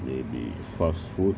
maybe fast food